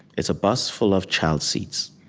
it's a bus full of child seats,